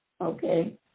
Okay